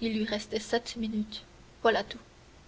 il lui restait sept minutes voilà tout